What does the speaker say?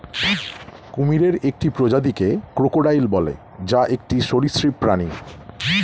কুমিরের একটি প্রজাতিকে ক্রোকোডাইল বলে, যা একটি সরীসৃপ প্রাণী